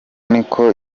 niko